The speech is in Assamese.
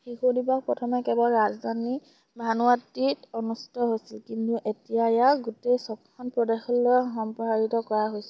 শিশু দিৱস প্ৰথমে কেৱল ৰাজধানী ভানুআটিত অনুষ্ঠিত হৈছিল কিন্তু এতিয়া ইয়াক গোটেই ছয়খন প্ৰদেশলৈ সম্প্ৰসাৰিত কৰা হৈছে